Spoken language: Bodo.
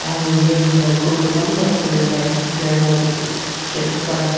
आङो बे बिजाबखौ गोबां बार फरायबाय गैयाबा खेबबा